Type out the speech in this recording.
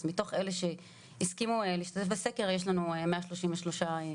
אז מתוך אלה שהסכימו להשתתף בסקר יש לנו 133 אנשים שהסכימו.